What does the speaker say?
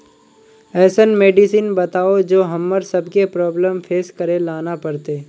ऐसन मेडिसिन बताओ जो हम्मर सबके प्रॉब्लम फेस करे ला ना पड़ते?